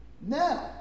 Now